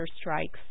strikes